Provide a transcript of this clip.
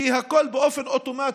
כי הכול מתורגם באופן אוטומטי.